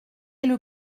c’est